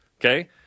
Okay